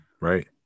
Right